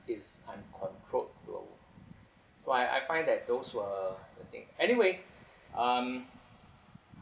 it's uncontrolled you know so I I find that those were the thing anyway um